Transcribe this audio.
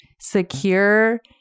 secure